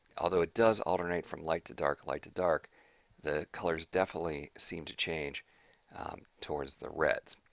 although, it does alternate from light to dark light to dark the colors definitely seem to change towards the reds.